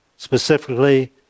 Specifically